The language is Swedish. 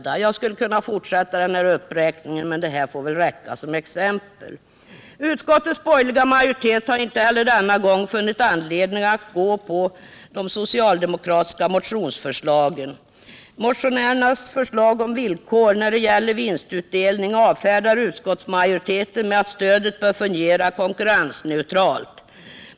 Nr 50 Jag skulle kunna fortsätta den här uppräkningen, men det här får räcka som exempel. Utskottets borgerliga majoritet har inte heller denna gång funnit an= = ledning att biträda de socialdemokratiska motionsförslagen. Motionärer = Sysselsättningsbinas förslag om villkor när det gäller vinstutdelning avfärdar utskotts — drag till tekoindumajoriteten med att stödet bör fungera konkurrensneutralt.